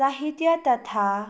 साहित्य तथा